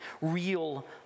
Real